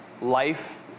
life